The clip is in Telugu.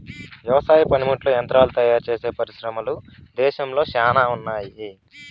వ్యవసాయ పనిముట్లు యంత్రాలు తయారుచేసే పరిశ్రమలు దేశంలో శ్యానా ఉన్నాయి